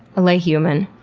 a lay-human,